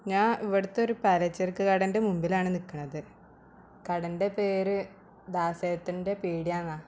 ഞാൻ ഇവിടുത്തൊരു പലചരക്ക് കടേൻ്റെ മുമ്പിലാണ് നിൽക്കണത് കടൻ്റെ പേര് ദാസേട്ടൻ്റെ പീടിയാന്നാ